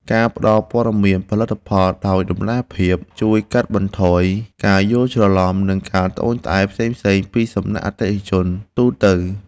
ការផ្តល់ព័ត៌មានផលិតផលដោយតម្លាភាពជួយកាត់បន្ថយការយល់ច្រឡំ និងការត្អូញត្អែរផ្សេងៗពីសំណាក់អតិថិជនទូទៅ។